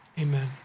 amen